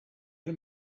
can